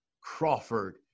Crawford